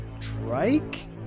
trike